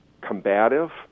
combative